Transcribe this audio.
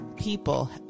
people